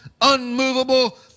unmovable